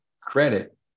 credit